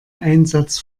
einsatz